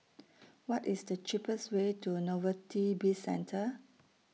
What IS The cheapest Way to Novelty Bizcentre